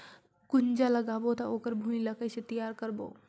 गुनजा लगाबो ता ओकर भुईं ला कइसे तियार करबो?